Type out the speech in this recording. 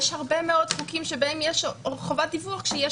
יש הרבה מאוד חוקים שבהם יש חובת דיווח כשיש